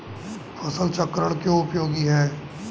फसल चक्रण क्यों उपयोगी है?